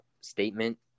statement